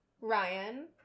Ryan